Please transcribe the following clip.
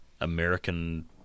American